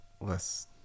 Less